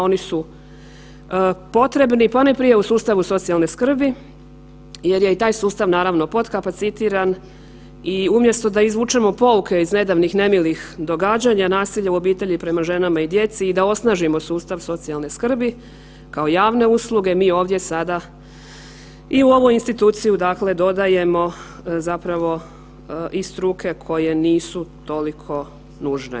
Oni su potrebni ponajprije u sustavu socijalne skrbi jer je i taj sustava naravno podkapacitiran i umjesto da izvučemo pouke iz nedavnih nemilih događanja, nasilje u obitelji prema ženama i djeci i da osnažimo sustav socijalne skrbi kao javne usluge mi ovdje sada i u ovu instituciju dakle dodajemo zapravo i struke koje nisu toliko nužne.